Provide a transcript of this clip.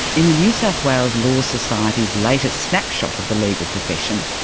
in the new south wales law society's latest snapshot of the legal profession,